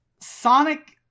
Sonic